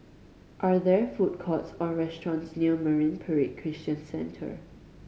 are there food courts or restaurants near Marine Parade Christian Centre